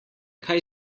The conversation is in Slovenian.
kaj